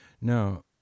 Now